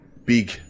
big